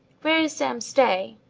where is sam stay?